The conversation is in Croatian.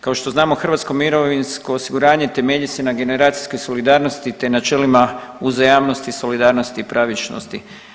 Kao što znamo Hrvatsko mirovinsko osiguranje temelji se na generacijskoj solidarnosti, te načelima uzajamnosti i solidarnosti i pravičnosti.